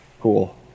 Cool